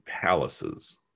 palaces